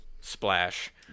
splash